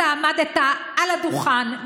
אתה עמדת על הדוכן,